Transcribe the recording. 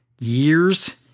years